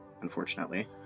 Unfortunately